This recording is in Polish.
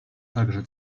także